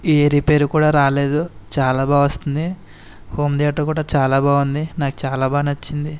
ఏ repair కూడా రాలేదు చాలా బాగా వస్తుంది హోమ్ థియేటర్ కూడా చాలా బాగా ఉంది నాకు చాలా బాగా నచ్చింది